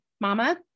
mama